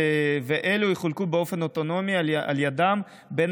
ואלו יחולקו באופן אוטונומי על ידם בין